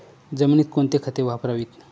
जमिनीत कोणती खते वापरावीत?